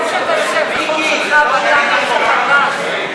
(מס' 110) (תיקון) (רישום תאריך לידה עברי ברישיון נהיגה,